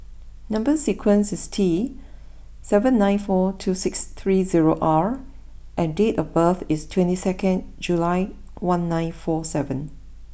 number sequence is T seven nine four two six three zero R and date of birth is twenty second July one nine four seven